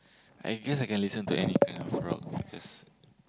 I guess I can listen to any kind of rock because